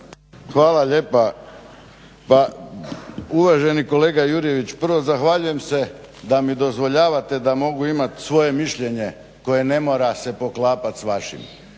Hvala lijepa. Pa uvaženi kolega Jurjević, prvo zahvaljujem se da mi dozvoljavate da mogu imati svoje mišljenje koje ne mora se poklapati sa vašim.